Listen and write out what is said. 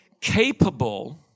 Capable